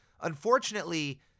Unfortunately